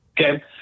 Okay